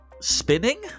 spinning